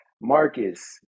Marcus